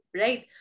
right